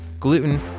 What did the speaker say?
gluten